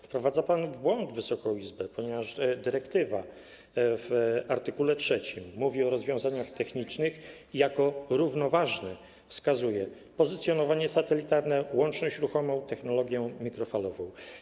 Wprowadza pan w błąd Wysoką Izbę, ponieważ dyrektywa w art. 3 mówi o rozwiązaniach technicznych, jako równoważne wskazuje pozycjonowanie satelitarne, łączność ruchomą, technologię mikrofalową.